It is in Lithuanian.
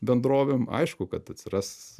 bendrovėms aišku kad atsiras